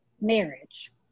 marriage